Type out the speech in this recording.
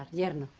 yes,